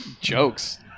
Jokes